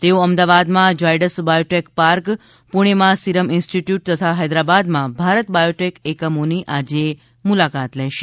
તેઓ અમદાવાદમાં Zydus biotech park પુણેમાં સીરમ ઇન્સ્ટીટ્યૂટ તથા હૈદરાબાદમાં ભારત બાયોટેક એકમોની આજે મુલાકાત લેશે